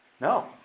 No